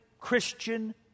Christian